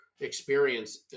experience